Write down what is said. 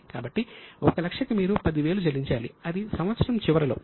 కాబట్టి 1 లక్షకి మీరు 10000 చెల్లించాలి అది సంవత్సరం చివరిలో